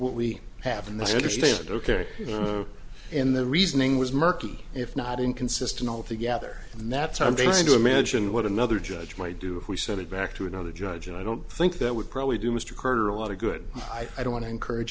what we have in the stand okereke in the reasoning was murky if not inconsistent altogether and that's why i'm trying to imagine what another judge might do if we sent it back to another judge and i don't think that would probably do mr carter a lot of good i don't want to encourage